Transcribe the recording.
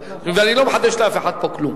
ואני לא מחדש לאף אחד פה כלום.